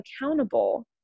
accountable